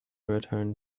returned